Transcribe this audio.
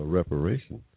reparation